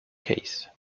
case